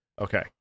Okay